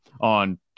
on